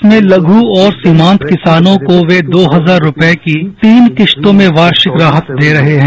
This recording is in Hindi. देश में लघु और सीमांत किसानों को वे दो हजार रुपये की तीन किस्तों में वार्षिक राहत दे रहे हैं